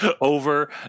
Over